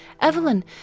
Evelyn